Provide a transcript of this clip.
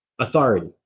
authority